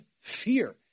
fear